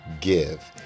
give